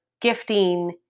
gifting